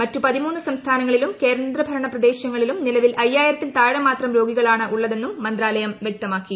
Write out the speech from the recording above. മറ്റ് പതിമൂന്ന് സംസ്ഥാനങ്ങളിലും കേന്ദ്ര ഭരണപ്രദേശങ്ങളിലും നിലവിൽ അയ്യായിരത്തിൽ താഴെ മാത്രം രോഗികളാണ് ഉള്ളതെന്നും മന്ത്രാലയം വൃക്തമാക്കി